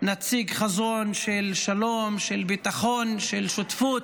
נציג חזון של שלום, של ביטחון, של שותפות,